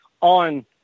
on